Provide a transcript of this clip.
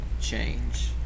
change